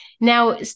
Now